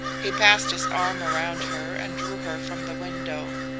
he passed his arm around her and drew her from the window.